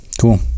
Cool